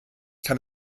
kann